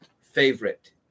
favorite